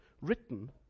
written